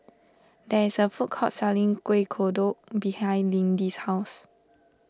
there is a food court selling Kuih Kodok behind Lindy's house